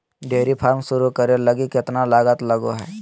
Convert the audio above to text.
dairy farm शुरू करे लगी केतना लागत लगो हइ